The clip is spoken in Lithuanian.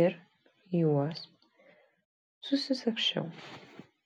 ir juos susisagsčiau